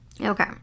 Okay